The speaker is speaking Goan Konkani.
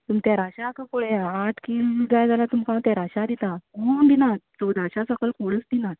तुम् तेराश्याक पळय आठ कील जाय जाल्यार तुमकां हांव तेराश्याक दिता कोण दिनात चवदाश्या सकयल कोणूच दिनात